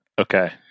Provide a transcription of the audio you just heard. Okay